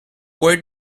where